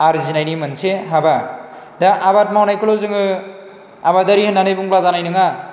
आरजिनायनि मोनसे हाबा दा आबाद मावनायखौल' जोङो आबादारि होनना बुंबा जानाय नङा